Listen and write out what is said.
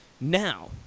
Now